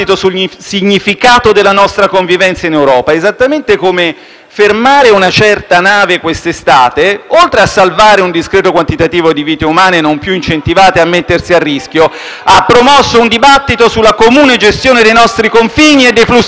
fermare una certa nave quest'estate - oltre a salvare un discreto quantitativo di vite umane, non più incentivate a mettersi a rischio - ha promosso un dibattito sulla comune gestione dei nostri confini e dei flussi migratori.